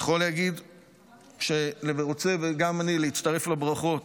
אני רוצה גם אני להצטרף לברכות,